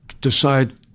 decide